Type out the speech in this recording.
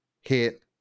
hit